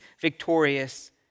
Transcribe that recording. victorious